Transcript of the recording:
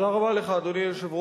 תודה רבה לך, אדוני היושב-ראש.